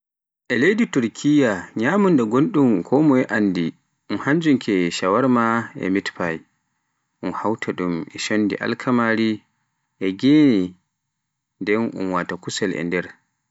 E leydi Turkiyya nyamunda gonɗum konmoye anndi e hannjum ke shawarma e mitpiy un hawta ɗum e shondi AlkamarI e gene nden un wata kusel e der.